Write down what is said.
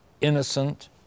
innocent